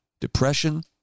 depression